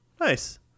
Nice